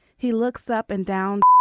he looks up and down